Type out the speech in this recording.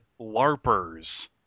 LARPers